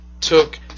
took